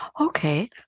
Okay